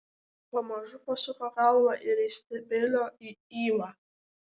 pamažu pasuko galvą ir įsistebeilijo į ivą